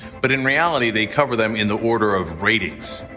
but in reality they cover them in the order of ratings.